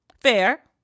Fair